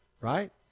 right